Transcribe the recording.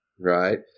right